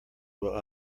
will